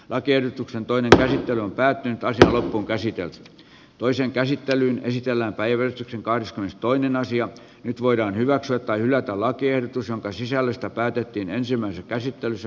lakiehdotuksen toinen käsittely on päättynyt tai silloin kun käsityöt toiseen käsittelyyn esitellään päivätty kahdeskymmenestoinen asia nyt voidaan hyväksyä tai hylätä lakiehdotus jonka sisällöstä päätettiin ensimmäisessä käsittelyssä